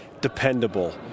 dependable